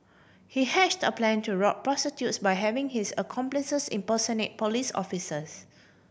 he hatched a plan to rob prostitutes by having his accomplices impersonate police officers